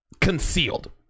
concealed